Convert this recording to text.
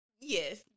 yes